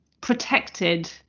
protected